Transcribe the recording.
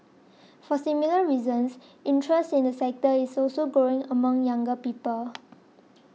for similar reasons interest in the sector is also growing among younger people